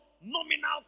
nominal